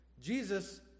Jesus